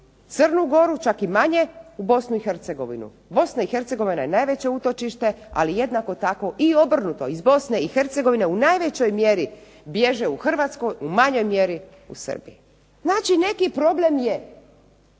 Crnu goru čak i manje u Bosnu i Hercegovinu. Bosna i Hercegovina je najveće utočište ali jednako tako i obrnuto iz Bosne i Hercegovine u najvećoj mjeri bježe u Hrvatsku u manjoj mjeri u Srbiju. Znači neki problem je.